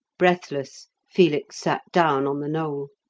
breathless, felix sat down on the knoll,